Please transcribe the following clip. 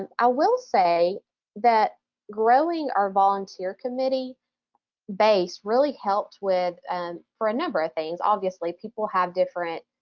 and i will say that growing our volunteer committee base really helped with for a number of things. obviously people have different